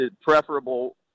preferable